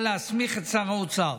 מוצע להסמיך את שר האוצר